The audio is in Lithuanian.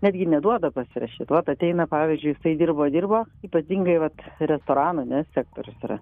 netgi neduoda pasirašyti vat ateina pavyzdžiui jisai dirbo dirbo ypatingai vat restoranų ne sektorius yra